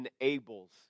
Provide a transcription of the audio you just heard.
enables